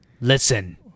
Listen